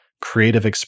creative